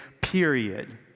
Period